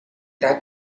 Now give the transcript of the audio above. that